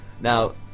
now